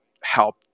help